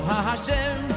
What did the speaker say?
Hashem